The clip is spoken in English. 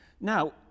now